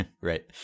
Right